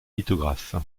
lithographe